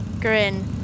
grin